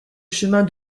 chemin